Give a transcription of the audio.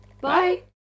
bye